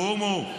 קומו,